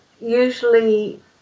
usually